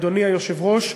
אדוני היושב-ראש,